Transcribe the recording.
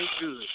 good